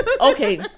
okay